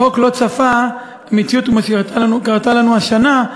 החוק לא צפה מציאות כפי שקרתה לנו השנה,